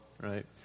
right